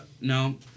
no